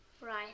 Right